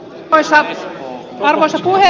arvoisa puhemies